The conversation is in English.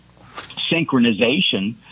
synchronization